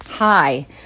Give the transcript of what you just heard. Hi